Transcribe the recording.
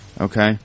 Okay